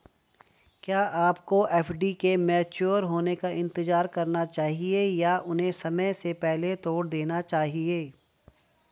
क्या आपको एफ.डी के मैच्योर होने का इंतज़ार करना चाहिए या उन्हें समय से पहले तोड़ देना चाहिए?